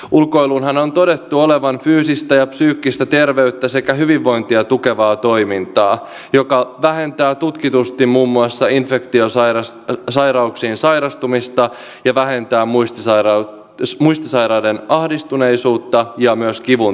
ulkoilunhan on todettu olevan fyysistä ja psyykkistä terveyttä sekä hyvinvointia tukevaa toimintaa joka vähentää tutkitusti muun muassa infektiosairauksiin sairastumista ja vähentää muistisairaiden ahdistuneisuutta ja myös kivun tunnetta